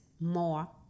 more